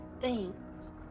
Thanks